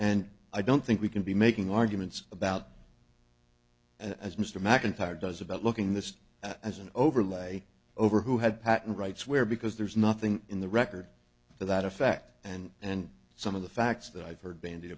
and i don't think we can be making arguments about as mr mcintyre does about looking this as an overlay over who had patent rights where because there's nothing in the record to that effect and then some of the facts that i've heard bandied